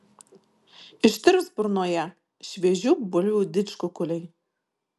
ištirps burnoje šviežių bulvių didžkukuliai